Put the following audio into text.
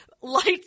lights